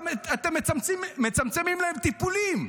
שאתם מצמצמים להן טיפולים.